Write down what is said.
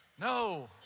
No